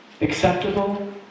Acceptable